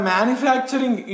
Manufacturing